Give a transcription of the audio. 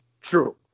True